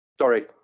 Sorry